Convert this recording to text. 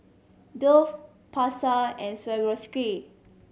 Dove Pasar and Swarovski